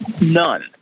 None